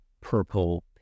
purple